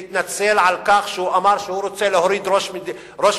יתנצל על כך שהוא אמר שהוא רוצה להוריד ראש מדינה.